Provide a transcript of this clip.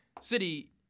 City